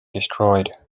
destroyed